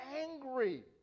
angry